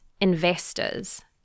investors